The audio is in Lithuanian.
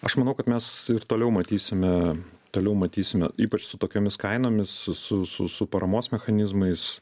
aš manau kad mes ir toliau matysime toliau matysime ypač su tokiomis kainomis su su su paramos mechanizmais